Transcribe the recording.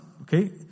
okay